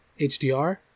HDR